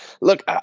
look